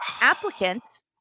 Applicants